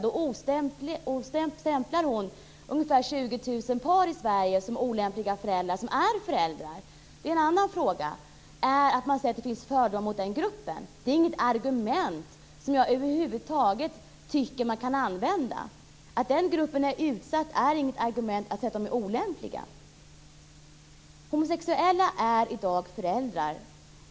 Hon stämplar ungefär 20 000 par i Sverige, som är föräldrar, som olämpliga föräldrar. En annan fråga är att man säger att det finns fördomar mot den gruppen. Det är dock inte ett argument som enligt min mening över huvud taget kan användas. Att den gruppen är utsatt är inget argument för att säga att de här personerna är olämpliga. Det finns homosexuella som i dag är föräldrar.